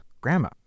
grandma